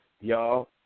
y'all